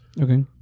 Okay